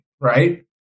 right